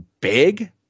big